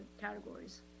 categories